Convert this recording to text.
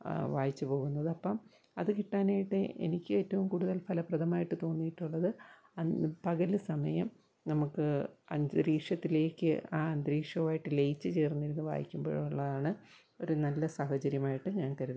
വായിച്ചുപോകുന്നത് അപ്പം അത് കിട്ടാനായിട്ട് എനിക്ക് ഏറ്റവും കൂടുതൽ ഫലപ്രദമായിട്ട് തോന്നിയിട്ടുള്ളത് അൻ പകൽ സമയം നമുക്ക് അന്തരീക്ഷത്തിലേക്ക് ആ അന്തരീക്ഷവുമായിട്ട് ലയിച്ച് ചേർന്നിരുന്ന് വായിക്കുമ്പോഴുള്ളതാണ് ഒരു നല്ല സാഹചര്യമായിട്ട് ഞാൻ കരുത്